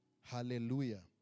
Hallelujah